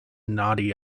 naughty